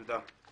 תודה.